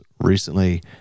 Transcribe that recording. recently